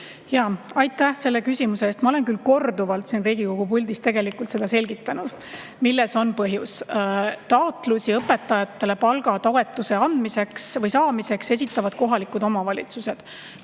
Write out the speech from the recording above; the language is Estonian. Aitäh selle küsimuse eest! Ma olen küll korduvalt siin Riigikogu puldis selgitanud, milles on põhjus. Taotlusi õpetajatele palgatoetuse andmiseks või saamiseks esitavad kohalikud omavalitsused.